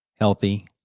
healthy